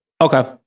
okay